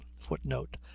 footnote